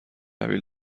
قبیل